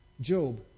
Job